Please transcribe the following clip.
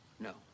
No